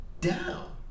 down